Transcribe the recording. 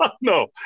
No